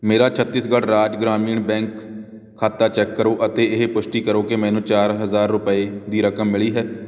ਮੇਰਾ ਛੱਤੀਸਗੜ੍ਹ ਰਾਜ ਗ੍ਰਾਮੀਣ ਬੈਂਕ ਖਾਤਾ ਚੈੱਕ ਕਰੋ ਅਤੇ ਇਹ ਪੁਸ਼ਟੀ ਕਰੋ ਕਿ ਮੈਨੂੰ ਚਾਰ ਹਜ਼ਾਰ ਰੁਪਏ ਦੀ ਰਕਮ ਮਿਲੀ ਹੈ